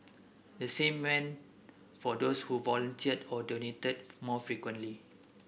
the same went for those who volunteered or donated more frequently